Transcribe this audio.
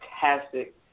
Fantastic